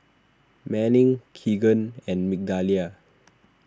Manning Kegan and Migdalia